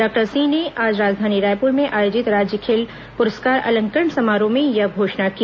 doctor Singh ने आज राजधानी रायपुर में आयोजित राज्य खेल प्रस्कार अलंकरण समारोह में यह घोषणा की